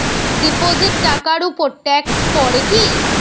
Deposit টাকার উপর tax পড়ে কি?